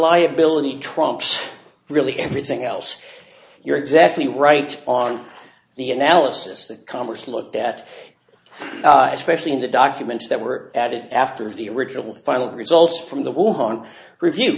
reliability trumps really everything else you're exactly right on the analysis that congress looked at specially in the documents that were added after the original final results from the war on review